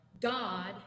God